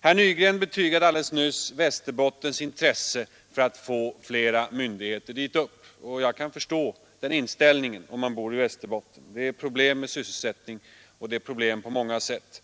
Herr Nygren betygade för sin del Västerbottens intresse för att få flera myndigheter lokaliserade dit upp. Jag kan förstå att man har den inställningen när man bor i Västerbotten: det är problem med sysselsättningen, och det är problem på många andra sätt.